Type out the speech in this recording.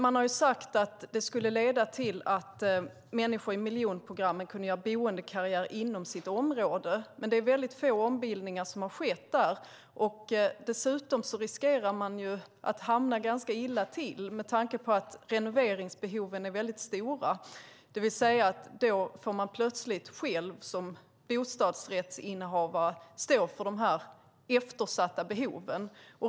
Man hade sagt att det skulle leda till att människor i miljonprogrammen skulle kunna göra boendekarriär inom sitt område. Men det är väldigt få ombildningar som har skett där. Dessutom riskerar man att hamna ganska illa till med tanke på att renoveringsbehoven är väldigt stora. Då får man plötsligt själv som bostadsrättsinnehavare stå för de eftersatta behoven.